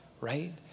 right